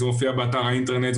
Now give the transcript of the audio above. זה מופיע באתר באינטרנט,